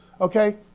Okay